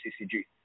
CCG